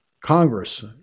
Congress